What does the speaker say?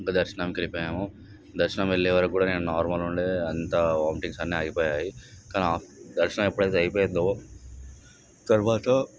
ఇంక దర్శనానికి వెళ్ళిపోయాము దర్శనం వెళ్ళే వరకు కూడా నేను నార్మల్గా ఉండే అంతా వామితింగ్స్ అన్నీ ఆగిపోయాయి ఇంక దర్శనం ఎప్పుడైతే అయిపోయిందో తర్వాత